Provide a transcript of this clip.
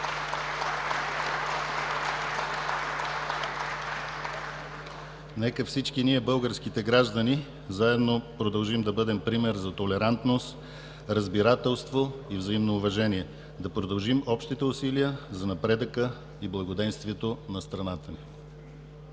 Нека всички ние – българските граждани, заедно продължим да бъдем пример за толерантност, разбирателство и взаимно уважение, да продължим общите усилия за напредъка и благоденствието на страната ни!